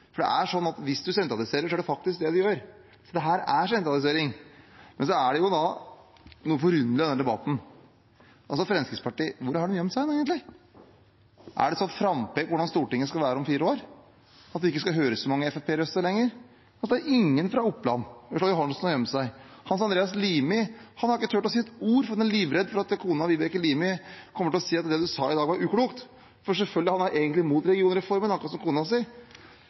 for det er slik at hvis du sentraliserer, så er det faktisk det du gjør. Dette er sentralisering. Men så er det noe forunderlig over denne debatten: Hvor har egentlig Fremskrittspartiet gjemt seg? Er dette et frampek om hvordan Stortinget skal være om fire år, at det ikke skal høres så mange Fremskrittsparti-røster lenger? Det er ingen fra Oppland – Morten Ørsal Johansen har gjemt seg. Hans Andreas Limi har ikke turt å si ett ord, for han er livredd for at kona, Vibeke Limi, kommer til å si at det du sa i dag, var uklokt. Men han er selvfølgelig egentlig imot regionreformen, akkurat som kona si.